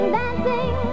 dancing